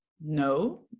No